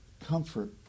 comfort